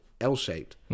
l-shaped